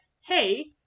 hey